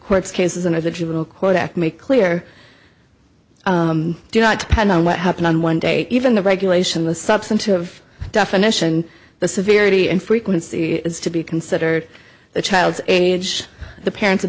courts cases and as a juvenile court act make clear do not depend on what happened on one day even the regulation the substantive definition the severity and frequency is to be considered the child's age the parent's